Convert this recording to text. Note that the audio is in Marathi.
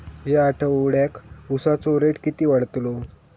या आठवड्याक उसाचो रेट किती वाढतलो?